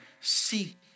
Seek